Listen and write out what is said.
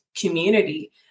community